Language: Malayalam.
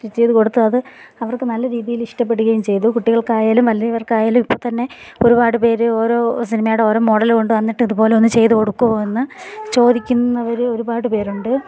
സ്റ്റിച്ച് ചെയ്ത് കൊടുത്തത് അവർക്ക് നല്ല രീതിയിൽ ഇഷ്ടപ്പെടുകയും ചെയ്തു കുട്ടികൾക്കായാലും വലിയവർക്കായാലും ഇപ്പം തന്നെ ഒരുപാട് പേർ ഓരോ സിനിമേടെ ഓരോ മോഡല് കൊണ്ട് കൊണ്ടുവന്നിട്ട് ഇതുപോലെ ചെയ്ത് കൊടുക്കുമോ എന്ന് ചോദിക്കുന്നവർ ഒരുപാട് പേരുണ്ട്